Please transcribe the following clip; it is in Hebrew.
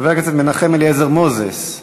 חבר הכנסת מנחם אליעזר מוזס,